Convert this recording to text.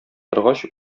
торгач